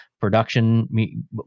production